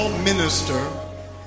minister